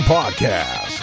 Podcast